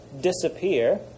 disappear